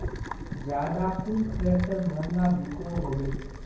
ज्यादा कुन ट्रैक्टर महंगा बिको होबे?